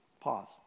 pause